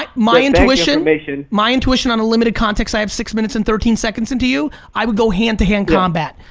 like my intuition. my intuition on a limited context, i have six minutes and thirteen seconds into you, i would go hand to hand combat,